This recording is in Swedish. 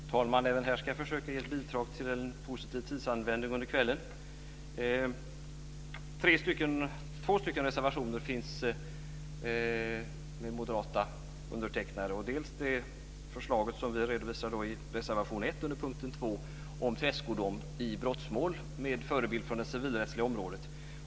Fru talman! Även här ska jag försöka ge ett bidrag till en positiv tidsanvändning under kvällen. Det finns två reservationer med moderata undertecknare. Det gäller för det första det förslag som vi redovisar i reservation 1 under punkten 2 om tredskodom i brottmål med förebild från det civilrättsliga området.